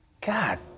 God